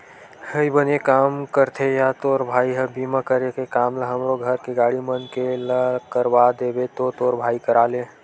अई बने काम करथे या तोर भाई ह बीमा करे के काम ल हमरो घर के गाड़ी मन के ला करवा देबे तो तोर भाई करा ले